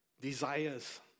desires